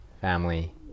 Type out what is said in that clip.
family